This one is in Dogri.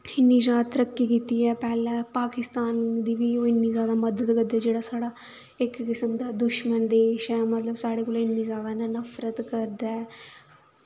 इन्नी जादा तरक्की कीती ऐ पैह्लें पाकिस्तान दी बी ओह् इन्नी जादा मदद जेह्ड़ा साढ़ा इक किस्म दा दुश्मन देश ऐ मतलब साढ़े कोला इन्नी जादा नफऱत करदा ऐ